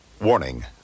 Warning